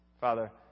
Father